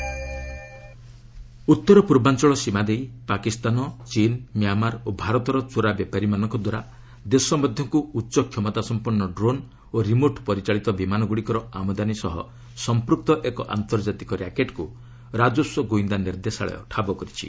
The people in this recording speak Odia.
ଡିଆର୍ଆଇ ବଷ୍ଟେଡ୍ ଡ୍ରୋନ୍ ର୍ୟାକେଟ୍ ଉତ୍ତର ପୂର୍ବାଞ୍ଚଳ ସୀମା ଦେଇ ପାକିସ୍ତାନ ଚୀନା ମ୍ୟାମାର ଓ ଭାରତର ଚୋରା ବେପାରୀମାନଙ୍କଦ୍ୱାରା ଦେଶ ମଧ୍ୟକୁ ଉଚ୍ଚ କ୍ଷମତା ସମ୍ପନ୍ନ ଡ୍ରୋନ୍ ଓ ରିମୋଟ୍ ପରିଚାଳିତ ବିମାନଗୁଡ଼ିକର ଆମଦାନୀ ସହ ସମ୍ପୃକ୍ତ ଏକ ଆନ୍ତର୍ଜାତିକ ର୍ୟାକେଟ୍କୁ ରାଜସ୍ୱ ଗୁଇନ୍ଦା ନିର୍ଦ୍ଦେଶାଳୟ ଠାବ କରିଛି